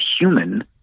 human